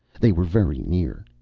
they were very near.